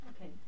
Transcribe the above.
okay